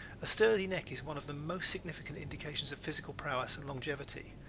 a sturdy neck is one of the most significant indications of physical prowess and longevity,